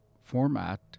format